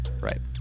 Right